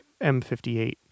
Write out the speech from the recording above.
M58